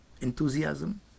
enthusiasm